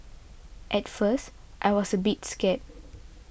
at first I was a bit scared